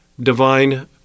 divine